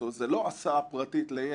זאת אומרת, זו לא הסעה פרטית לילד.